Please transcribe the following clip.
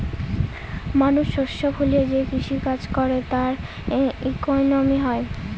মানুষ শস্য ফলিয়ে যে কৃষি কাজ করে তার ইকোনমি হয়